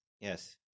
Yes